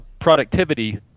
productivity